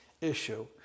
issue